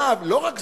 לא רק זאת.